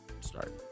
start